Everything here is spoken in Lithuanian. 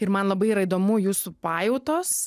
ir man labai yra įdomu jūsų pajautos